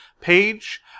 page